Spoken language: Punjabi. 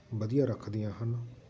ਵਧੀਆ ਰੱਖਦੀਆਂ ਹਨ